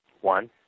One